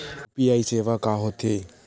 UPI सेवा का होथे?